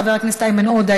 חבר הכנסת איימן עודה,